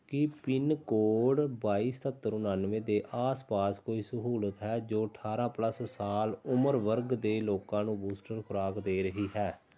ਕੀ pin code ਬਾਈ ਸਤੱਤਰ ਉਣਾਨਵੇਂ ਦੇ ਆਸ ਪਾਸ ਕੋਈ ਸਹੂਲਤ ਹੈ ਜੋ ਅਠਾਰਾਂ ਪਲੱਸ ਸਾਲ ਉਮਰ ਵਰਗ ਦੇ ਲੋਕਾਂ ਨੂੰ ਬੂਸਟਰ ਖੁਰਾਕ ਦੇ ਰਹੀ ਹੈ